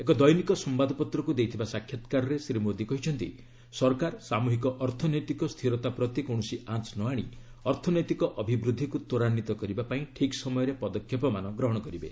ଏକ ଦୈନିକ ସମ୍ଭାଦପତ୍ନକୁ ଦେଇଥିବା ସାକ୍ଷାତକାରରେ ଶ୍ୱୀ ମୋଦୀ କହିଛନ୍ତି ସରକାର ସାମ୍ବହିକ ଅର୍ଥନୈତିକ ସ୍ଥିରତା ପ୍ରତି କୌଣସି ଆଞ୍ଚ ନ ଆଣି ଅର୍ଥନୈତିକ ଅଭିବୃଦ୍ଧିକୁ ତ୍ୱରାନ୍ୱିତ କରିବା ପାଇଁ ଠିକ୍ ସମୟରେ ପଦକ୍ଷେପମାନ ଗହଣ କରିବେ